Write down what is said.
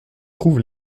trouve